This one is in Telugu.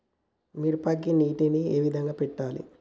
మిరపకి నీటిని ఏ విధంగా పెట్టాలి?